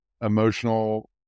emotional